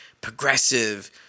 progressive